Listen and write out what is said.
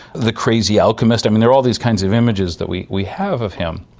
the crazy alchemist, i mean, there are all these kinds of images that we we have of him.